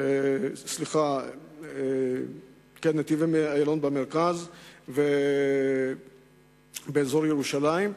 בצפון, "נתיבי איילון" במרכז ובאזור ירושלים.